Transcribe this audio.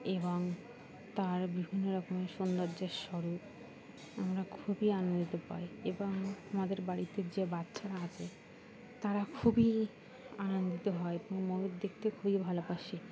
এবং তার বিভিন্ন রকমের সৌন্দর্যের স্বরূপ আমরা খুবই আনন্দিত পাই এবং আমাদের বাড়িতে যে বাচ্চারা আছে তারা খুবই আনন্দিত হয় এবং ময়ূর দেখতে খুবই ভালোবাসে